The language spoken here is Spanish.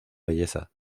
belleza